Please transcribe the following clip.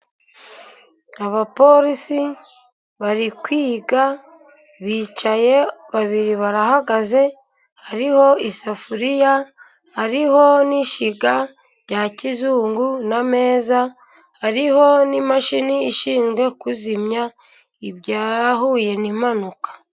Abapolisi bari kwiga bicaye, babiri barahagaze hariho isafuriya, hariho n'ishyiga rya kizungu n'ameza, hariho n'imashini ishinzwe kuzimya ibyahuye n'impanuka.